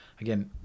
again